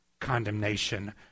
condemnation